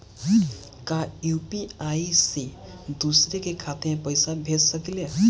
का यू.पी.आई से दूसरे के खाते में पैसा भेज सकी ले?